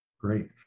Great